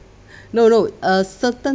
no no a certain